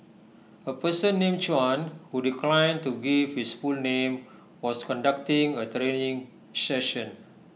A person named Chuan who declined to give his full name was conducting A training session